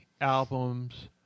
albums